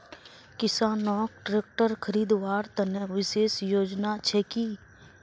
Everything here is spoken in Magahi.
किसानोक ट्रेक्टर खरीदवार तने विशेष योजना छे कि?